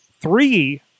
three